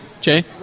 Jay